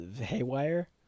haywire